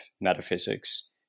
metaphysics